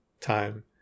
time